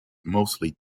mostly